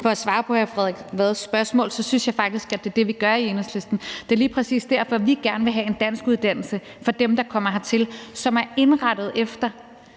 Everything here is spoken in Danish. For at svare på hr. Frederik Vads spørgsmål vil jeg sige, at jeg faktisk synes, at det er det, vi gør i Enhedslisten. Det er lige præcis derfor, vi gerne vil have en danskuddannelse for dem, der kommer hertil, som er indrettet efter,